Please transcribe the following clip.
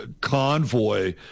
convoy